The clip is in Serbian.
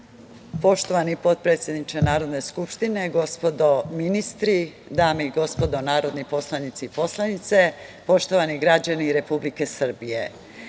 potpredsedniče Narodne skupštine, gospodo ministri, dame i gospodo narodni poslanici i poslanice, poštovani građani Republike Srbije,